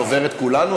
את דוברת כולנו,